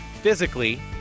physically